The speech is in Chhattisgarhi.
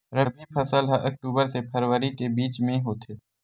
रबी फसल हा अक्टूबर से फ़रवरी के बिच में होथे